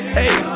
hey